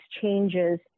changes